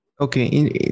Okay